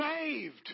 saved